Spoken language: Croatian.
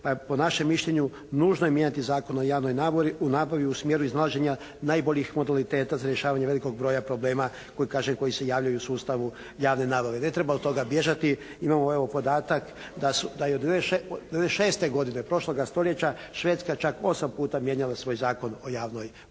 Po našem mišljenju nužno je mijenjati Zakon o javnoj nabavi u smjeru iznalaženja najboljih modaliteta za rješavanje velikog broja problema koji kažem koji se javljaju u sustavu javne nabave. Ne treba od toga bježati. Imamo evo podatak da je 96. godine prošloga stoljeća Švedska čak 8 puta mijenjala svoj Zakon o javnoj nabavi.